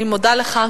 אני מודה לך.